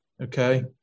okay